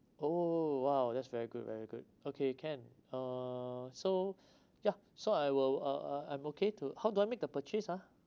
oh !wow! that's very good very good okay can uh so ya so I will uh I'm okay to how do I make the purchase ah